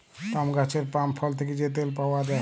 পাম গাহাচের পাম ফল থ্যাকে যে তেল পাউয়া যায়